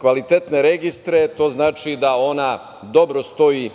kvalitetne registre, to znači da ona dobro stoji